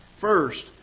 First